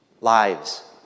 lives